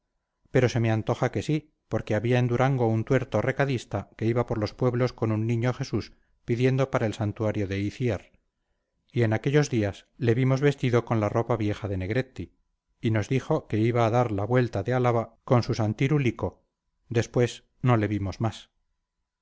pero se me antoja que sí porque había en durango un tuerto recadista que iba por los pueblos con un niño jesús pidiendo para el santuario de iciar y en aquellos días le vimos vestido con la ropa vieja de negretti y nos dijo que iba a dar la vuelta de álava con su santirulico después no le vimos más